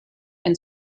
and